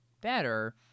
better